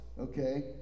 okay